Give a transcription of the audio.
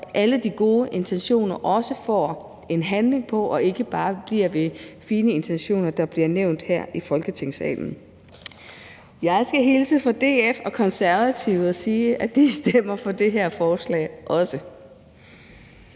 alle de gode intentioner også får sat handling bag, og så det ikke bare bliver ved nogle fine intentioner, der bliver nævnt her i Folketingssalen. Jeg skal hilse fra DF og Konservative og sige, at de også stemmer for det her forslag.